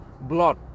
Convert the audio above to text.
blood